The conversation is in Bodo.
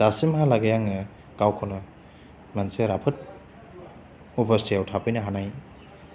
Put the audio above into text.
दासिमहालागै आङो गावखौनो मोनसे राफोद अबस्थायाव थाफैनो हानाय